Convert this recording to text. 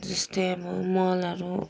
जस्तै अब मलहरू